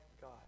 God